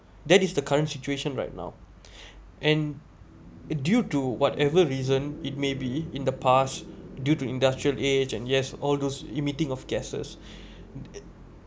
that is the current situation right now and it due to whatever reason it maybe in the past due to industrial age and yes all those emitting of gases